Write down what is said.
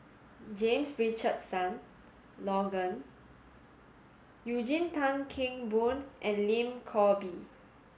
James Richardson Logan Eugene Tan Kheng Boon and Lim Chor Pee